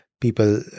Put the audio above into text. people